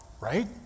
Right